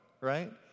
right